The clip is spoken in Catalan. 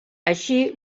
així